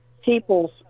people's